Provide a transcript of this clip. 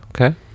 Okay